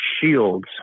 shields